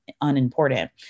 unimportant